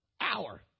hour